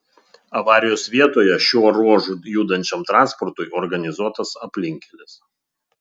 avarijos vietoje šiuo ruožu judančiam transportui organizuotas aplinkkelis